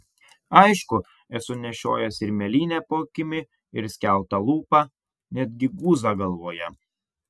aišku esu nešiojęs ir mėlynę po akimi ir skeltą lūpą net gi guzą galvoje